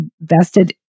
invested